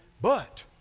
but,